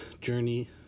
Journey